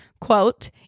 Quote